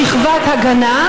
שכבת הגנה,